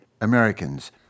Americans